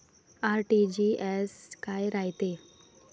RTGS काय रायते?